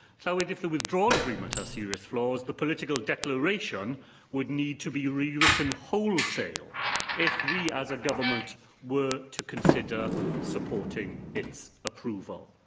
so if if the withdrawal agreement has ah serious flaws, the political declaration would need to be rewritten wholesale if we as a government were to consider supporting its approval.